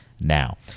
now